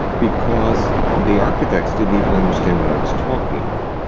because the architects didn't even understand what i was talking about.